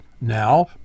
Now